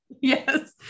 yes